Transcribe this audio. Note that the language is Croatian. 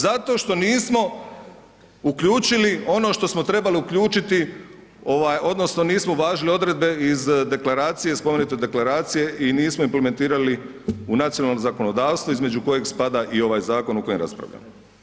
Zato što nismo uključili ono što smo trebali uključiti ovaj odnosno nismo uvažili odredbe iz deklaracije, spomenute deklaracije i nismo implementirali u nacionalno zakonodavstvo između kojeg spada i ovaj zakon o kojem raspravljamo.